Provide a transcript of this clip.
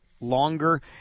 longer